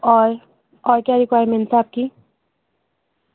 اور اور کیا ریکوائرمنٹس ہیں آپ کی